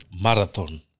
Marathon